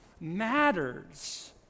matters